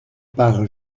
par